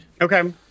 Okay